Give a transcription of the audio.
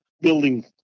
building